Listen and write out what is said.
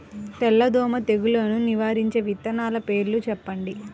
తెల్లదోమ తెగులును నివారించే విత్తనాల పేర్లు చెప్పండి?